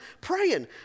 praying